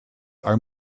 are